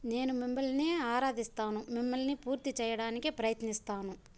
నేను మిమ్మల్ని ఆరాధిస్తాను మిమ్మల్ని పూర్తి చేయడానికి ప్రయత్నిస్తాను